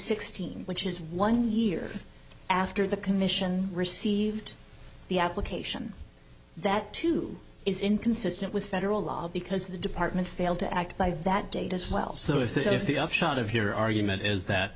sixteen which is one year after the commission received the application that too is inconsistent with federal law because the department failed to act by that date as well so if the upshot of your argument is that